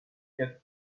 get